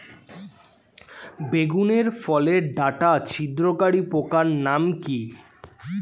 বেগুনের ফল ওর ডাটা ছিদ্রকারী পোকার নাম কি?